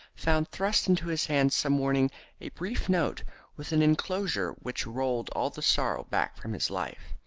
found thrust into his hand some morning a brief note with an enclosure which rolled all the sorrow back from his life.